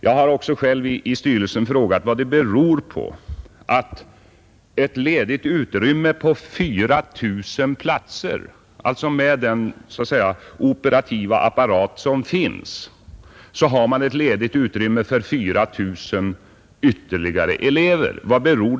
Jag har också själv i styrelsen frågat vad det beror på att man, med den ”operativa” apparat som finns, har ett ledigt utrymme för ungefär 4 000 ytterligare elever.